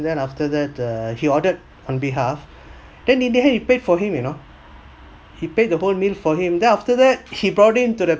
then after that uh he ordered on behalf then in the end he paid for him you know he paid the whole meal for him then after that he brought him to the